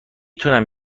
تونم